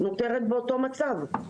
נותרת באותו מצב.